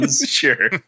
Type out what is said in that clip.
Sure